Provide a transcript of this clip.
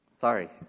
Sorry